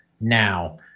now